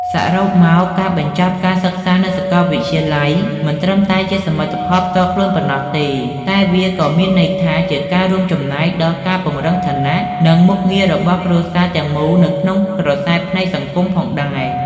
សរុបមក ការបញ្ចប់ការសិក្សានៅសាកលវិទ្យាល័យមិនត្រឹមតែជាសមិទ្ធផលផ្ទាល់ខ្លួនប៉ុណ្ណោះទេ តែវាក៏មានន័យថាជាការរួមចំណែកដល់ការពង្រឹងឋានៈ និងមុខងាររបស់គ្រួសារទាំងមូលនៅក្នុងក្រសែភ្នែកសង្គមផងដែរ។